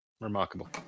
Remarkable